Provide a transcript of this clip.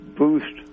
boost